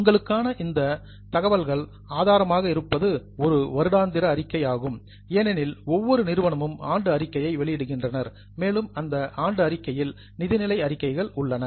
உங்களுக்கான சிறந்த தகவல் ஆதாரமாக இருப்பது ஒரு வருடாந்திர அறிக்கை ஆகும் ஏனெனில் ஒவ்வொரு நிறுவனமும் ஆண்டு அறிக்கையை வெளியிடுகின்றனர் மேலும் அந்த ஆண்டு அறிக்கையில் நிதிநிலை அறிக்கைகள் உள்ளன